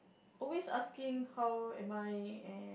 always asking how am I and